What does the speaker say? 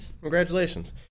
Congratulations